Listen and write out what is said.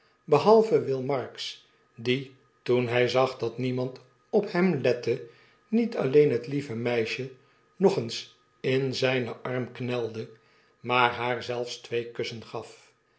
behalve will marks die toen hy zagdat demand op hem lette niet alleen het lieve meisje nog eens in zynen arm knelde maarhaar zelfs twee kussen gaf